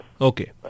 Okay